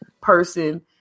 person